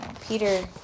peter